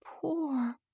poor